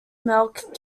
milk